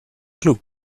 club